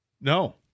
No